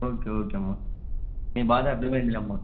okay okay అమ్మ మీ బాధ అర్ధమైందిలే అమ్మ